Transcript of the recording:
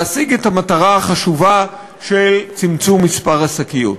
להשיג את המטרה החשובה של צמצום מספר השקיות.